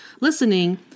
listening